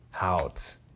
out